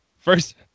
First